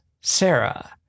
Sarah